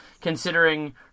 considering